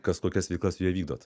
kas kokias veiklas joje vykdot